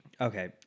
Okay